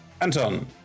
Anton